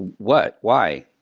what? why?